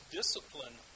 discipline